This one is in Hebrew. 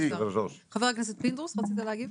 חבר הכנסת פינדרוס, רצית להגיב?